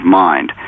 mind